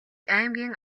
аймгийн